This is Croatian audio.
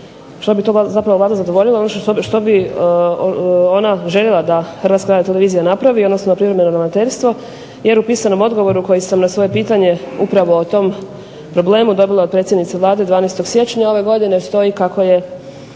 što bi to Vlado zadovoljilo, odnosno što bi ona željela da HRT napravi, odnosno privremeno ravnateljstvo jer u pisanom odgovoru koji sam na svoje pitanje upravo o tom problemu dobila od predsjednice Vlade 12. siječnja ove godine stoji kako je